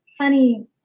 honey